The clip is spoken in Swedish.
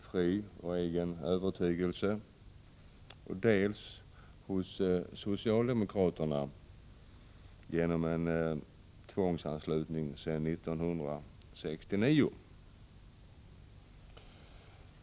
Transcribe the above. fri och egen övertygelse, dels i socialdemokraterna genom en tvångsanslutning sedan 1969.